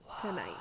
tonight